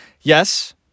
Yes